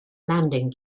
landing